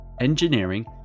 engineering